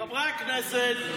חברי הכנסת.